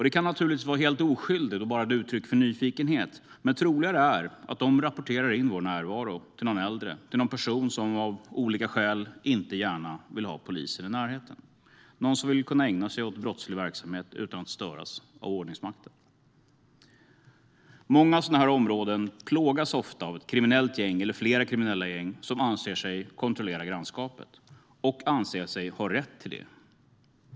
Det kan naturligtvis vara helt oskyldigt och bara ett uttryck för nyfikenhet, men troligare är att de rapporterar in vår närvaro till någon äldre, till en person som av olika skäl inte gärna vill ha poliser i närheten, någon som vill kunna ägna sig åt brottslig verksamhet utan att störas av ordningsmakten. Många områden plågas ofta av ett kriminellt gäng eller flera kriminella gäng som anser sig kontrollera grannskapet - och anser sig ha rätt till det.